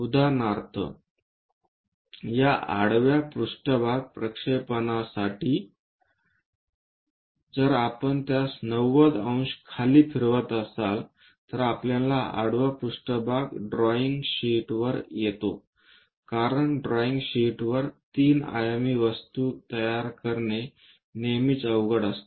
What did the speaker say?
उदाहरणार्थ या आडवा पृष्ठभाग प्रक्षेपणसाठी जर आपण त्यास 90 अंश खाली फिरवत असाल तर आपल्याला हा आडवा पृष्ठभाग ड्रॉईंग शीट वर येतो कारण ड्रॉईंग शीटवर 3 आयामी वस्तू तयार करणे नेहमीच अवघड असते